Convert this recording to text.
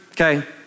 Okay